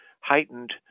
heightened